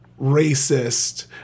racist